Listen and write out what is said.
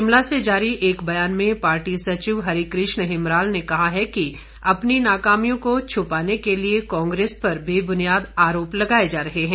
शिमला से जारी एक बयान में पार्टी सचिव हरिकृष्ण हिमराल ने कहा है कि अपनी नाकामियों को छुपाने के लिए कांग्रेस पर बेबुनियाद आरोप लगाए जा रहे हैं